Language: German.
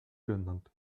genannt